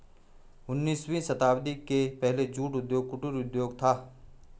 उन्नीसवीं शताब्दी के पहले जूट उद्योग कुटीर उद्योग था